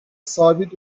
sabit